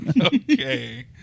Okay